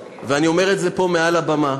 ואני אומר את זה פה מעל הבמה: